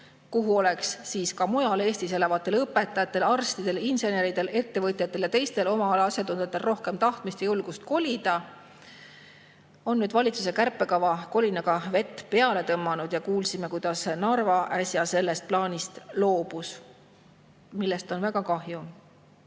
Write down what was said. kuhu oleks mujal Eestis elavatel õpetajatel, arstidel, inseneridel, ettevõtjatel ja teistel oma ala asjatundjatel rohkem tahtmist ja julgust kolida. Sellele on nüüd valitsuse kärpekava kolinaga vett peale tõmmanud ja kuulsime, et Narva loobus äsja sellest plaanist, millest on väga kahju.